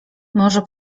może